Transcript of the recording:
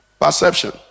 Perception